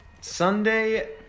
Sunday